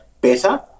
better